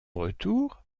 retour